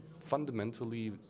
fundamentally